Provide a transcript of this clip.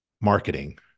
marketing